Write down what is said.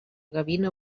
gavina